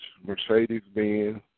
Mercedes-Benz